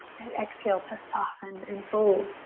and exhale to soften and fold.